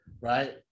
right